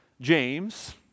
James